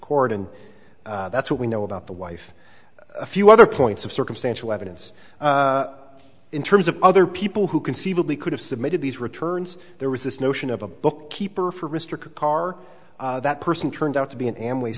court and that's what we know about the wife a few other points of circumstantial evidence in terms of other people who conceivably could have submitted these returns there was this notion of a bookkeeper for mr karr that person turned out to be an am le